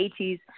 80s